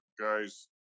guys